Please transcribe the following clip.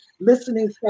listening